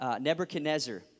Nebuchadnezzar